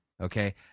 okay